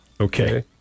Okay